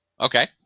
Okay